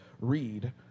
read